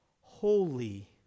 holy